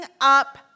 up